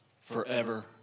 forever